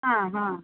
ಹಾಂ ಹಾಂ